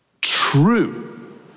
true